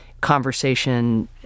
conversation